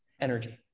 energy